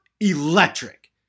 electric